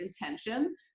intention